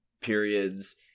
periods